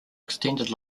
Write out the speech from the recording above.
extended